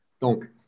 donc